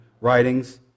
writings